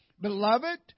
Beloved